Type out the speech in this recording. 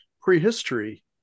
prehistory